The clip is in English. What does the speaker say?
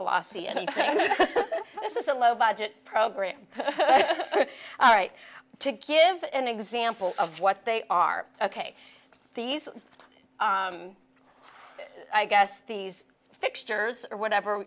glossy and this is a low budget program all right to give an example of what they are ok these i guess these fixtures or whatever